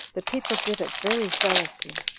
the people did it very zealously,